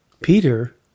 Peter